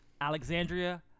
Alexandria